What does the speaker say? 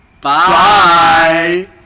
Bye